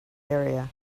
area